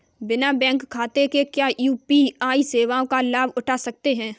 बिना बैंक खाते के क्या यू.पी.आई सेवाओं का लाभ उठा सकते हैं?